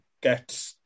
get